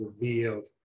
revealed